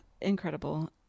incredible